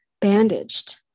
bandaged